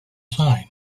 sign